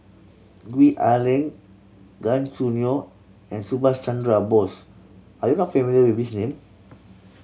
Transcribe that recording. Gwee Ah Leng Gan Choo Neo and Subhas Chandra Bose are you not familiar with these name